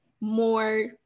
more